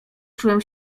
czułem